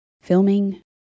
filming